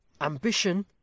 ambition